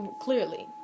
Clearly